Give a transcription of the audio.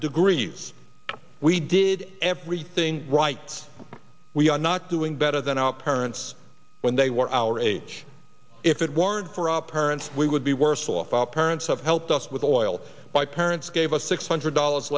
degrees we did everything right we are not doing better than our parents when they were our age if it weren't for our parents we would be worse off our parents have helped us with oil by parents gave us six hundred dollars